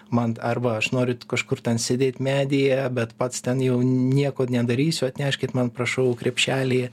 man arba aš noriu kažkur ten sėdėt medyje bet pats ten jau nieko nedarysiu atneškit man prašau krepšelį